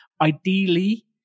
Ideally